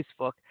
Facebook